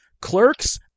Clerks